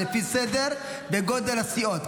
לפי גודל הסיעות,